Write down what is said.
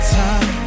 time